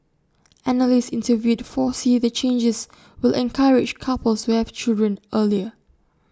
analysts interviewed foresee the changes will encourage couples to have children earlier